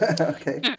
Okay